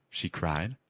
she cried.